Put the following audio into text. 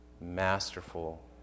masterful